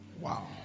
Wow